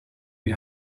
you